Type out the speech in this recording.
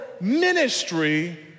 ministry